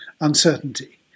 uncertainty